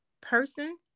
person